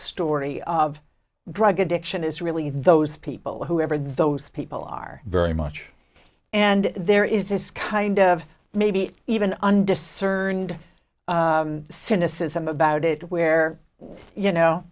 story of drug addiction is really those people whoever those people are very much and there is this kind of maybe even an discerned cynicism about it where you know